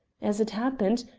as it happened,